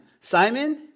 Simon